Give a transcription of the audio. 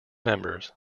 members